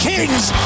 Kings